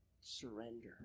surrender